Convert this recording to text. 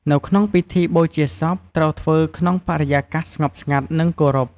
នៅក្នុងពិធីបូជាសពត្រូវធ្វើក្នុងបរិយាកាសស្ងប់ស្ងាត់និងគោរព។